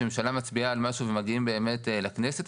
שהממשלה מצביעה על משהו ומגיעים באמת לכנסת,